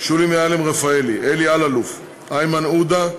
שולי מועלם-רפאלי, אלי אלאלוף, איימן עודה,